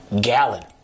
gallon